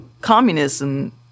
communism